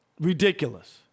Ridiculous